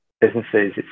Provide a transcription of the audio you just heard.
businesses